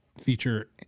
feature